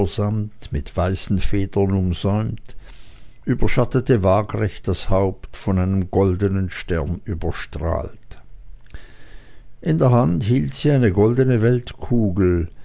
mit weißen federn umsäumt überschattete waagrecht das haupt von einem goldenen stern überstrahlt in der hand hielt sie eine goldene